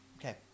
Okay